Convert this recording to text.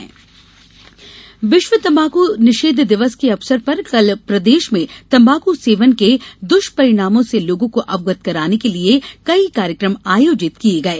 विश्व तंबाकू दिवस विश्व तम्बाकू निषेध दिवस के अवसर पर कल प्रदेश में तम्बाकू सेवन के दुष्परिणामों से लोगों को अवगत कराने के लिये कई कार्यकम आयोजित किये जाएंगे